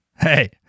Hey